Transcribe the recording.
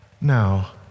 Now